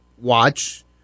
watch